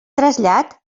trasllat